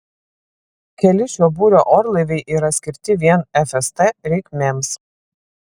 keli šio būrio orlaiviai yra skirti vien fst reikmėms